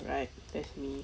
right that's me